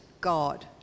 God